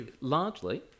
largely